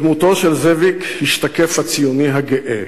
בדמותו של זאביק השתקף הציוני הגאה,